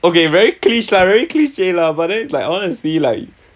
okay very cliche very cliche lah but then it's like I want to see like